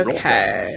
Okay